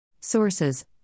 Sources